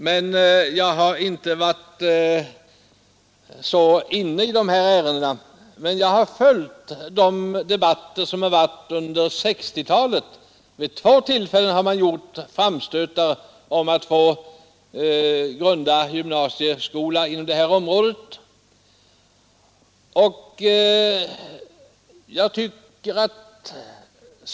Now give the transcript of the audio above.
Jag har tidigare inte varit så insatt i dessa ärenden, men jag har följt de debatter som förekommit under 1960-talet. Vid två tillfällen har framstötar gjorts om att få grunda en gymnasieskola inom detta område.